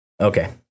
okay